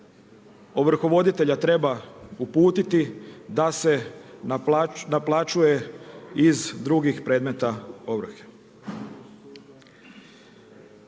ovrhovoditelja treba uputiti da se naplaćuje iz drugih predmeta ovrhe.